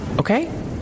Okay